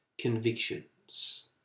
convictions